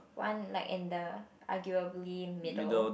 one like in the arguably middle